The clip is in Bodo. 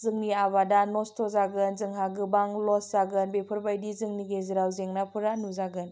जोंनि आबादा नस्थ' जागोन जोंहा गोबां लस जागोन बेफोरबायदि जोंनि गेजेराव जेंनाफोरा नुजागोन